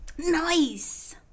Nice